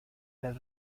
del